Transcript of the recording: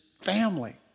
family